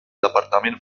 departament